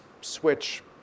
switch